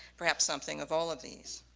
perhaps something of all of these.